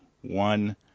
one